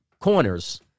corners